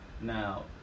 Now